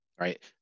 right